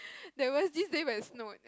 there was this day where it snowed